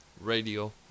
Radio